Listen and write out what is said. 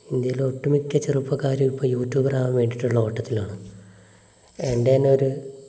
ഇന്ത്യയിലെ ഒട്ടുമിക്ക ചെറുപ്പക്കാരും ഇപ്പോൾ യൂട്യൂബറാവാൻ വേണ്ടിയിട്ടുള്ള ഓട്ടത്തിലാണ് എൻ്റെ തന്നെ ഒരു